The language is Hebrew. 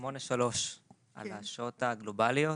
8(3), על השעות הגלובליות.